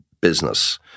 business